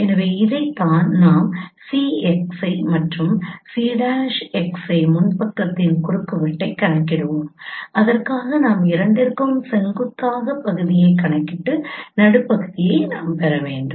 எனவே இதைத்தான் நாம் Cxi மற்றும் C'xi முன்பக்கத்தின் குறுக்குவெட்டைக் கணக்கிடுவோம் அதற்காக நாம் இரண்டிற்கும் செங்குத்தாக பகுதியைக் கணக்கிட்டு நடுப்பகுதியைப் பெற வேண்டும்